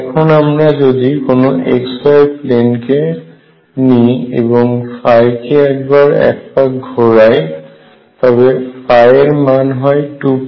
এখন আমরা যদি কোন xy প্লেন কে নিই এবং কে একবার একপাক ঘোড়ায় তবে এর মান হয় 2